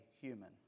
human